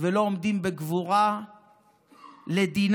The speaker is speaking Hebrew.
ולא עומדים בגבורה לדינם.